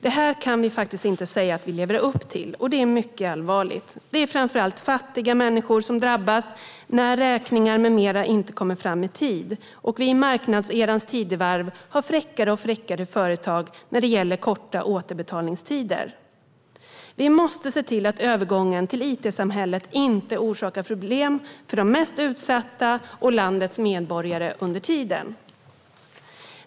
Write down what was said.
Detta kan vi faktiskt inte säga att vi lever upp till, vilket är mycket allvarligt. Det är framför allt fattiga människor som drabbas när räkningar med mera inte kommer fram i tid och när företagen, i marknadens tidevarv, blir fräckare och fräckare när det gäller korta återbetalningstider. Vi måste se till att övergången till it-samhället inte orsakar problem för de mest utsatta och landets medborgare under tiden.